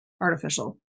artificial